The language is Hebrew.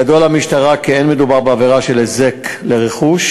3. ידוע למשטרה כי לא מדובר בעבירה של היזק לרכוש,